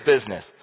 business